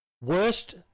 worst